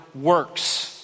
works